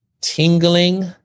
Tingling